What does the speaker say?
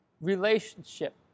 relationship